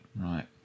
Right